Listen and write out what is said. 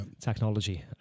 technology